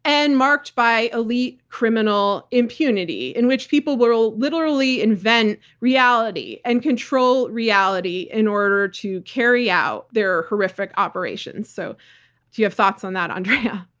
and marked by elite criminal impunity in which people will literally invent reality and control reality in order to carry out their horrific operations. so do you have thoughts on that, andrea?